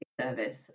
service